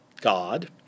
God